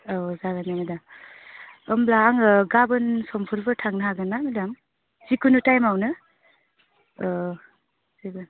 औ जागोन दे मेडाम होनब्ला आं गाबोन समफोरफोर थांनो हागोन ना मेडाम जिकुनु टाइमआवनो जागोन